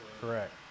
Correct